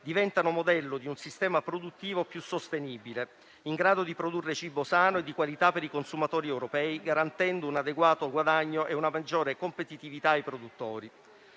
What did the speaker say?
diventano modello di un sistema produttivo più sostenibile, in grado di produrre cibo sano e di qualità per i consumatori europei, garantendo un adeguato guadagno e una maggiore competitività ai produttori.